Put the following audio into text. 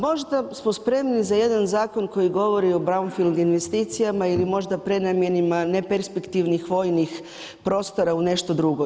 Možda smo spremni za jedan zakon koji govori o brownfield investicijama ili možda prenamjenama neperspektivnih vojnih prostora u nešto drugo.